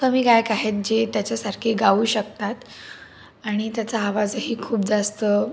कमी गायक आहेत जे त्याच्यासारखे गाऊ शकतात आणि त्याचा आवाजही खूप जास्त